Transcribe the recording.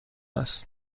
است